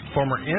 former